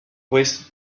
wasted